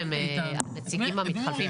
שהם הנציגים המתחלפים.